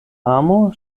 amo